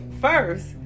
First